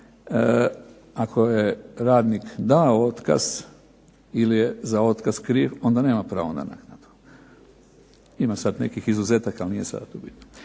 ako je radnik dao otkaz ili je za otkaz kriv, onda nema pravo na naknadu. Ima sad nekih izuzetaka, ali nije sada tu bitno.